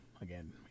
again